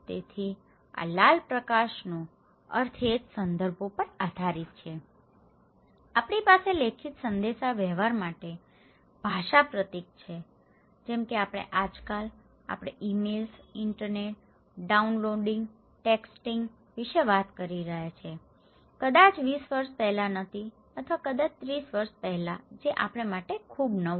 તેથી આ લાલ પ્રકાશનો અર્થ એ જ સંદર્ભો પર આધારીત છે આપણી પાસે લેખિત સંદેશાવ્યવહાર માટે ભાષા પ્રતીક છે જેમ કે આપણે આજકાલ આપણે ઇમેઇલ્સ ઇન્ટરનેટ ડાઉનલોડિંગ ટેક્સ્ટિંગ વિશે વાત કરી રહ્યા છીએ જે કદાચ 20 વર્ષ પહેલા ન હતી અથવા કદાચ 30 વર્ષો પહેલા જે આપણા માટે ખૂબ નવું છે